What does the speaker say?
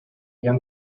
rien